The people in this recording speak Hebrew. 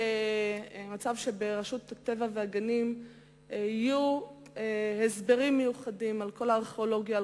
וברשות הטבע והגנים היו הסברים מיוחדים על כל הארכיאולוגיה,